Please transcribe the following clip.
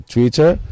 Twitter